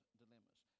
dilemmas